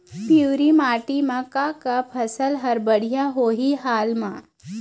पिवरी माटी म का का फसल हर बढ़िया होही हाल मा?